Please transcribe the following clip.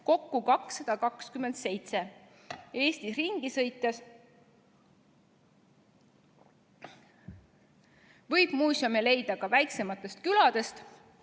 kokku 227. Eestis ringi sõites võib muuseume leida ka väiksematest küladest